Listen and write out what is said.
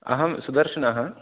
अहं सुदर्शनः